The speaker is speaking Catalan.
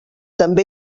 també